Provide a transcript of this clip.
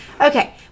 Okay